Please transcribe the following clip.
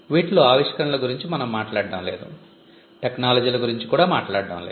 వీటిలో ఆవిష్కరణల గురించి మనం మాట్లాడటం లేదు టెక్నాలజీల గురించి కూడా మాట్లాడటం లేదు